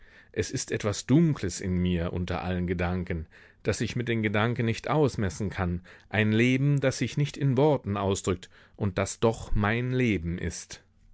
es ist etwas dunkles in mir unter allen gedanken das ich mit den gedanken nicht ausmessen kann ein leben das sich nicht in worten ausdrückt und das doch mein leben ist